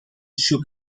shook